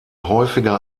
häufiger